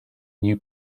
new